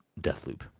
Deathloop